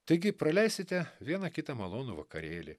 taigi praleisite vieną kitą malonų vakarėlį